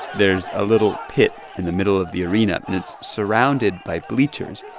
there's a little pit in the middle of the arena, and it's surrounded by bleachers.